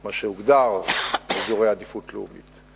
מה שהוגדר אזורי עדיפות לאומית.